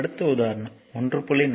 அடுத்த உதாரணம் 1